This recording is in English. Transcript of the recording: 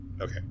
Okay